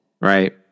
right